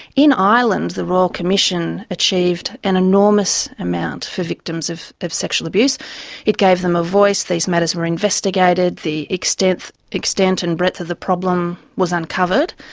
in ireland the royal commission achieved an enormous amount for victims of of sexual abuse it gave them a voice, these matters were investigated, the extent extent and breadth of the problem was uncovered,